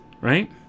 right